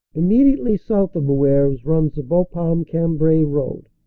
immediately south of ivloeuvres runs the bapaunle-cam brai road,